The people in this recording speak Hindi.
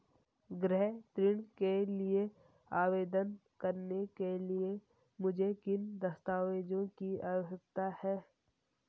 गृह ऋण के लिए आवेदन करने के लिए मुझे किन दस्तावेज़ों की आवश्यकता है?